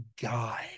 god